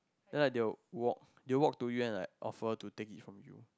then like they will walk they walk to you and like offer to take it from you